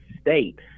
state